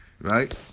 right